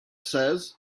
says